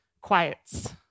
quiets